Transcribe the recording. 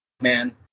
man